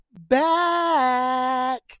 back